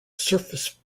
surface